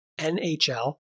NHL